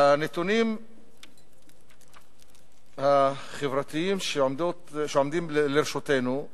בנתונים החברתיים שעומדים לרשותנו,